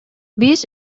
биз